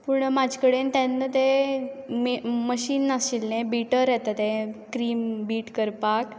पूण म्हाजे कडेन तेन्ना तें मे मशीन नाशिल्लें बीटर येता तें क्रिम बीट करपाक